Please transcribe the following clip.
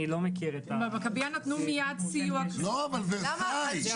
איני מכיר את מקרה המכבייה והטיפול בו.